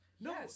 No